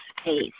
space